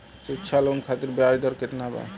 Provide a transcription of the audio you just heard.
शिक्षा लोन खातिर ब्याज दर केतना बा?